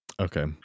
Okay